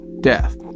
Death